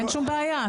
אין שום בעיה.